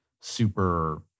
super